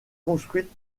construites